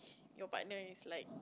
your partner is like